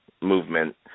movement